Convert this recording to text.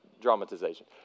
dramatization